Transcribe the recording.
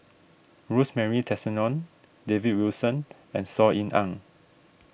Rosemary Tessensohn David Wilson and Saw Ean Ang